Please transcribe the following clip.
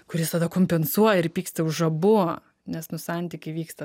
kuris tada kompensuoja ir pyksta už abu nes nu santykiai vyksta